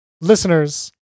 listeners